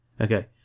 okay